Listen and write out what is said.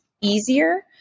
easier